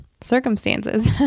circumstances